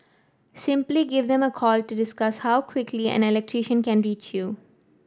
simply give them a call to discuss how quickly an electrician can reach you